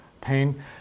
pain